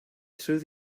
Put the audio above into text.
through